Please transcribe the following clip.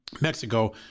Mexico